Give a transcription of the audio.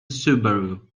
subaru